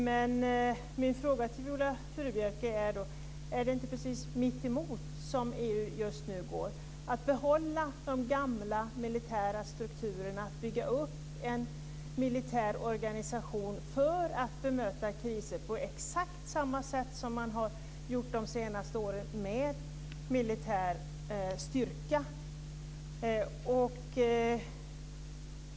Men min fråga till Viola Furubjelke är då: Är det inte precis tvärtemot som EU gör just nu, att man behåller de gamla militära strukturerna och bygger upp en militär organisation för att bemöta kriser på exakt samma sätt som man har gjort de senaste åren med en militär styrka?